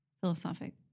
philosophic